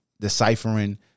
deciphering